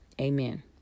Amen